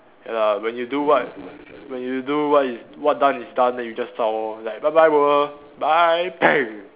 ya lah when you do what when you do what is what done is done then you just zao lor like bye bye world bye